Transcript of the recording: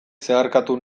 zeharkatu